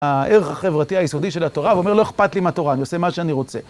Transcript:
הערך החברתי היסודי של התורה, הוא אומר לא אכפת לי מה תורה, אני עושה מה שאני רוצה.